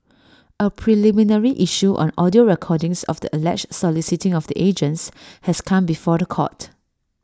A preliminary issue on audio recordings of the alleged soliciting of the agents has come before The Court